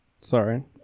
Sorry